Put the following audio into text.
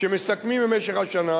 כשמסכמים במשך השנה